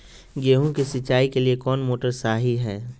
गेंहू के सिंचाई के लिए कौन मोटर शाही हाय?